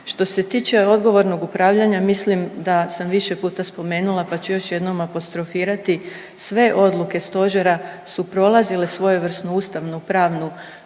Što se tiče odgovornog upravljanja mislim da sam više puta spomenula pa ću još jednom apostrofirati, sve odluke stožera su prolazile svojevrsnu ustavnu pravnu